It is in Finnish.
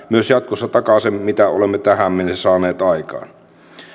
myös jatkossa takaa sen mitä olemme tähän mennessä saaneet aikaan